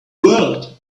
world